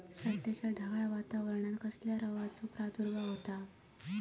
सध्याच्या ढगाळ वातावरणान कसल्या रोगाचो प्रादुर्भाव होता?